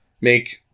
make